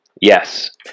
Yes